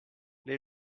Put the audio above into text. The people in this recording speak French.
les